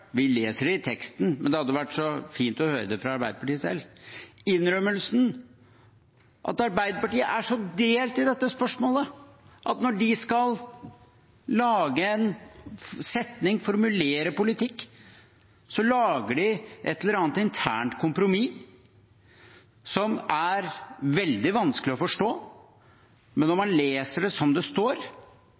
vi leser det i teksten, men det hadde vært så fint å høre det fra Arbeiderpartiet selv – innrømmelsen av at Arbeiderpartiet er så delt i dette spørsmålet at når de skal lage en setning, formulere politikk, så lager de et eller annet internt kompromiss som er veldig vanskelig å forstå, men om man leser det som det står,